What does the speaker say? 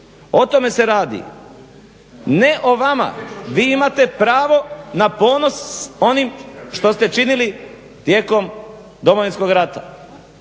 O tome se radi. Ne o vama, vi imate pravo na ponos onim što ste činili tijekom Domovinskog rata.